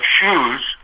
shoes